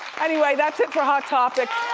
anyway, that's it for hot topics.